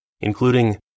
including